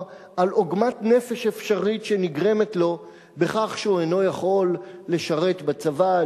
על עוגמת נפש אפשרית שנגרמת לו בכך שהוא אינו יכול לשרת בצבא,